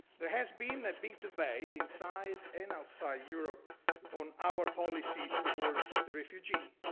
there has been a big debate inside and outside europe on our policy towards the refugee.